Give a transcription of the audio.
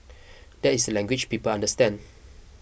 that is the language people understand